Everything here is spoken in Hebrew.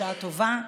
בשעה טובה,